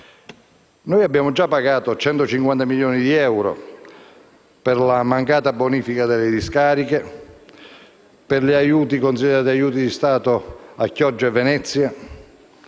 Abbiamo già pagato 150 milioni di euro per la mancata bonifica delle discariche, per quelli che sono stati considerati aiuti di Stato a Chioggia e Venezia